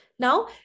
Now